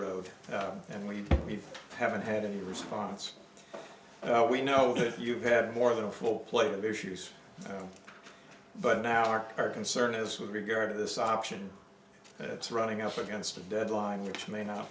road and we haven't had any response we know that you've had more than a full plate of issues but now our concern is with regard to this option that's running up against a deadline which may not